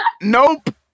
nope